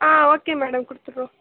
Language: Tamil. ah okay madam கொடுத்துடுறோம்